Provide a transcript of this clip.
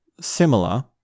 Similar